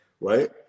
right